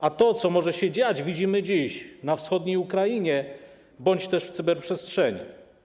A to, co może się dziać, widzimy dziś na wschodniej Ukrainie bądź też w cyberprzestrzeni.